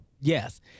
Yes